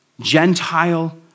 Gentile